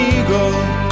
eagle